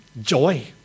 joy